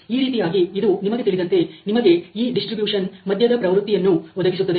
ಈ ರೀತಿಯಾಗಿ ಇದು ನಿಮಗೆ ತಿಳಿದಂತೆ ನಿಮಗೆ ಈ ಡಿಸ್ಟ್ರಿಬ್ಯೂಷನ್ ಮದ್ಯದ ಪ್ರವೃತ್ತಿಯನ್ನು ಒದಗಿಸುತ್ತದೆ